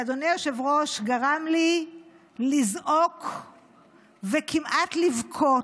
אדוני היושב-ראש, שגרם לי לזעוק וכמעט לבכות,